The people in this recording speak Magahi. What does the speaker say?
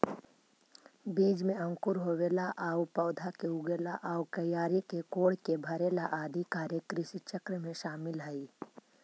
बीज में अंकुर होवेला आउ पौधा के उगेला आउ क्यारी के कोड़के भरेला आदि कार्य कृषिचक्र में शामिल हइ